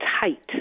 tight